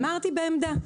אמרתי בעמדה.